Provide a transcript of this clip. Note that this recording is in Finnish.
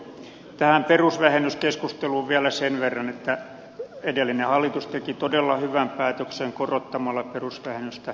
tähän perusvähennyskeskusteluun vielä sen verran että edellinen hallitus teki todella hyvän päätöksen korottamalla perusvähennystä